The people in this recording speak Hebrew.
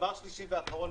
דבר שלישי ואחרון,